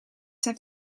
zijn